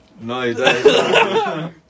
No